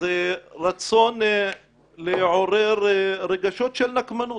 זה רצון לעורר לרגשות של נקמנות